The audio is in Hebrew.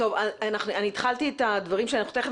אני התחלתי את הדברים שלי כאן